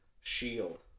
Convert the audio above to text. shield